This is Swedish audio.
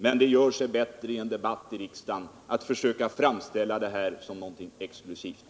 Men det gör sig bättre i en debatt här i riksdagen att försöka framställa detta som någonting exklusivt.